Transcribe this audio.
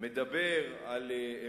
מדבר עליהם,